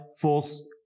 false